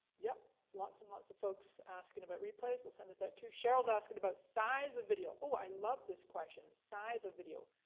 yup, lots and lots of folks asking about replays. we'll send this out to you. sheryl's asking about size of video. oh, i love this question. size of video,